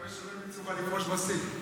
לפרוש בשיא.